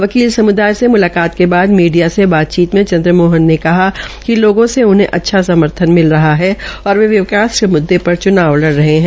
वकील समुदाय से मुलाकात के बाद मीडिया से बातचीत में चंद्रमोहन बिश्नोई ने कहा कि लोगों से उनहें अच्छा समर्थन मिल रहा है और विकास के मुददे पर चूनाव लड़ रहे है